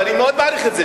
ואני מאוד מעריך את זה,